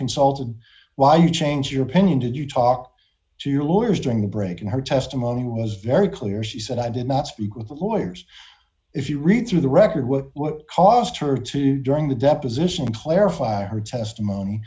consulted why you changed your opinion did you talk to your lawyers during the break in her testimony was very clear she said i did not speak with the lawyers if you read through the record with what cost her to during the deposition to clarify her testimony